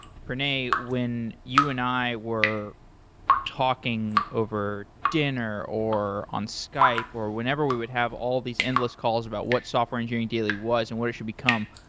pranay, when you and i were talking over dinner or on skype or whenever we would have all these endless calls about what software engineering daily was and what it should become,